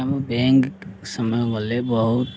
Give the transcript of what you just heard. ଆମ ବ୍ୟାଙ୍କ୍ ସମୟ ଗଲେ ବହୁତ